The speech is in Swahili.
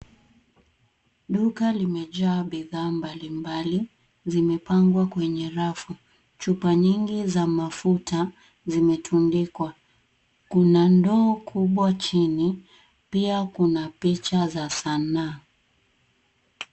Duka limejaa bidhaa mbalimbali, zimepangwa kwenye rafu. Chupa nyingi za mafuta zimetundikwa. Kuna ndoo kubwa chini, pia kuna picha za sanaa.